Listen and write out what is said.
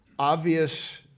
Obvious